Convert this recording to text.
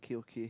okay okay